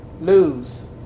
lose